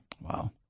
Wow